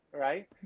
right